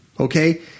Okay